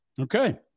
okay